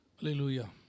Hallelujah